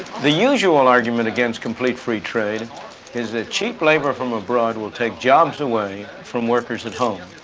the usual argument against complete free trade is that cheap labor from abroad will take jobs away from workers at home.